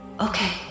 Okay